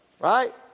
right